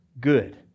good